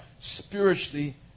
spiritually